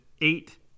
eight